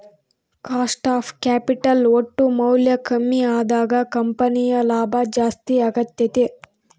cost of capital ಒಟ್ಟು ಮೌಲ್ಯ ಕಮ್ಮಿ ಅದಾಗ ಕಂಪನಿಯ ಲಾಭ ಜಾಸ್ತಿ ಅಗತ್ಯೆತೆ